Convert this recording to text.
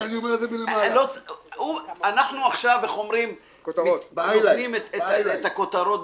עכשיו אנחנו נותנים כותרות.